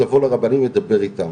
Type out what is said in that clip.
לבוא לרבנים לדבר איתם.